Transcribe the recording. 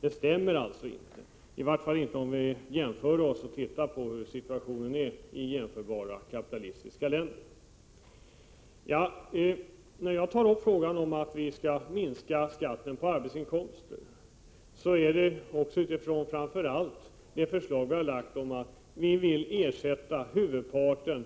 Det stämmer inte om vi jämför oss med jämförbara kapitalistiska länder. När jag talar om att vi skall minska skatten på arbetsinkomster utgår jag ifrån framför allt vårt förslag om att ersätta huvudparten